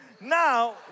Now